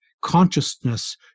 consciousness